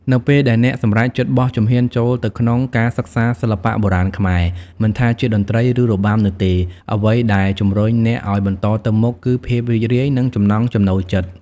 នៅពេលដែលអ្នកសម្រេចចិត្តបោះជំហានចូលទៅក្នុងការសិក្សាសិល្បៈបុរាណខ្មែរ មិនថាជាតន្ត្រី ឬរបាំនោះទេ អ្វីដែលជំរុញអ្នកឱ្យបន្តទៅមុខគឺ ភាពរីករាយ និងចំណង់ចំណូលចិត្ត។